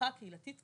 התמיכה הקהילתית,